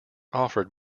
offered